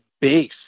base